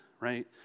right